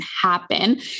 happen